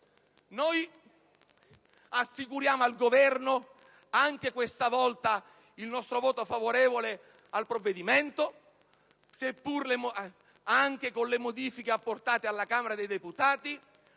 noi assicuriamo al Governo il nostro voto favorevole al provvedimento, pur con le modifiche apportate alla Camera dei deputati.